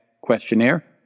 questionnaire